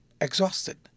exhausted